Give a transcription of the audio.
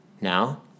Now